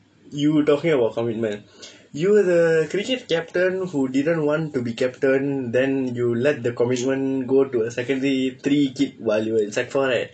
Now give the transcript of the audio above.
you talking about commitment you were the cricket captain who didn't want to be captain then you let the commitment go to a secondary three kid while you were in sec four right